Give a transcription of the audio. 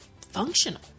functional